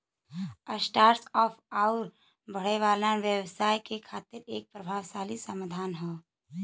start ups आउर बढ़ने वाले व्यवसाय के खातिर इ एक प्रभावी समाधान हौ